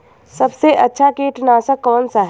सबसे अच्छा कीटनाशक कौन सा है?